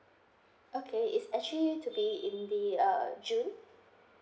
okay is actually to be in the uh june